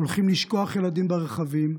הולכים לשכוח ילדים ברכבים,